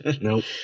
nope